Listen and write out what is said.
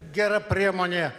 gera priemonė